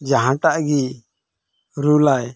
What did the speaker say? ᱡᱟᱦᱟᱸ ᱴᱟᱜ ᱜᱮ ᱨᱩᱞᱟᱭ